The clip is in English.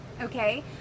okay